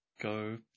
go